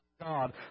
God